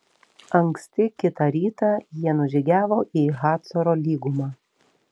anksti kitą rytą jie nužygiavo į hacoro lygumą